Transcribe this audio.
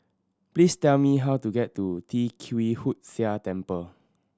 please tell me how to get to Tee Kwee Hood Sia Temple